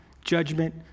judgment